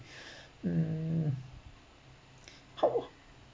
mm how